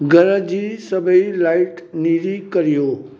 घर जी सभेई लाइट नीरी करियो